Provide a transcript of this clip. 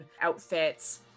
outfits